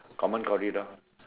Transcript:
common corridor